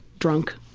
drunk.